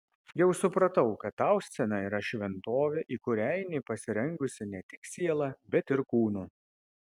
jau supratau kad tau scena yra šventovė į kurią eini pasirengusi ne tik siela bet ir kūnu